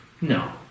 No